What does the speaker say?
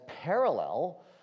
parallel